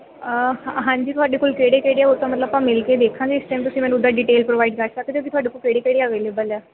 ਹਾਂਜੀ ਤੁਹਾਡੇ ਕੋਲ ਕਿਹੜੇ ਕਿਹੜੇ ਉਹ ਤਾਂ ਮਤਲਬ ਆਪਾਂ ਮਿਲ ਕੇ ਦੇਖਾਂਗੇ ਇਸ ਟਾਈਮ ਤੁਸੀਂ ਮੈਨੂੰ ਉੱਦਾਂ ਡੀਟੇਲਜ਼ ਪ੍ਰੋਵਾਇਡ ਕਰ ਸਕਦੇ ਓ ਵੀ ਤੁਹਾਡੇ ਕੋਲ ਕਿਹੜੀ ਕਿਹੜੀ ਅਵੇਲੇਵਲ ਹੈ